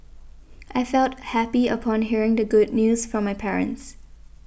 I felt happy upon hearing the good news from my parents